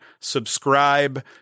subscribe